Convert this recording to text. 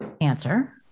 answer